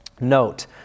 note